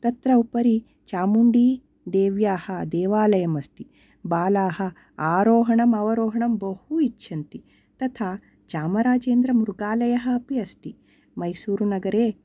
तत्र उपरि चामुण्डीदेव्याः देवालयम् अस्ति बालाः आरोहणमवरोहणं बहु इच्छन्ति तथा चामराजेन्द्रमृगालयः अपि अस्ति मैसूरुनगरे